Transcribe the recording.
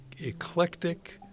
eclectic